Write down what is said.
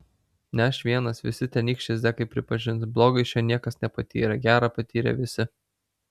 ne aš vienas visi tenykščiai zekai pripažins blogo iš jo niekas nepatyrė gera patyrė visi